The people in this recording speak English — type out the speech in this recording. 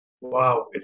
Wow